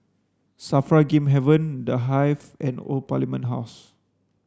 SAFRA Game Haven The Hive and Old Parliament House